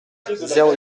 zéro